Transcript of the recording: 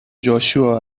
جاشوا